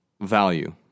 value